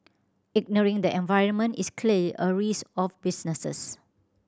ignoring the environment is clearly a risk of businesses